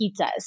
pizzas